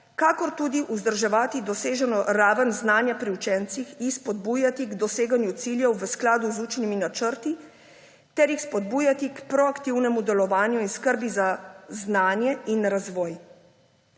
ter tudi vzdrževati doseženo raven znanja pri učencih, jih spodbujati k doseganju ciljev v skladu z učnimi načrti ter jih spodbujati k proaktivnemu delovanju in skrbi za znanje in razvoj.